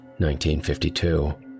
1952